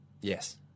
Yes